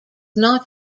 not